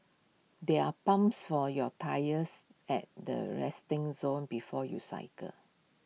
there are pumps for your tyres at the resting zone before you cycle